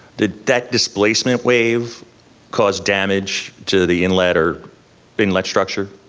did that displacement wave cause damage to the inlet or inlet structure?